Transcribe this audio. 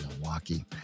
Milwaukee